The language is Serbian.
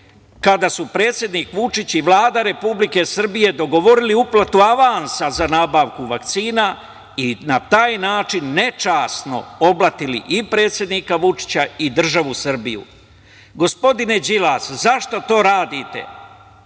kada su predsednik Vučić i Vlada Republike Srbije dogovorili uplatu avansa za nabavku vakcina i na taj način nečasno oblatili i predsednika Vučića i državu Srbiju? Gospodine Đilas, zašto to radite?